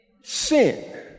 Sin